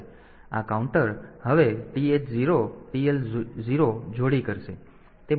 તેથી આ કાઉન્ટર હવે આ TH 0 TL 0 જોડી કરશે